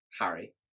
Harry